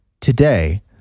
today